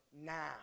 now